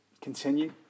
continue